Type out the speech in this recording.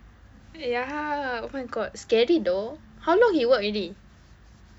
ya oh my god scary though how long he worked already